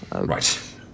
Right